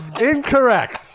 Incorrect